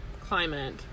climate